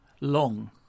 long